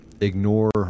ignore